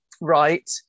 right